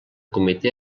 comitè